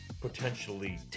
potentially